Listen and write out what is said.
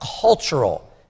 cultural